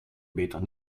beter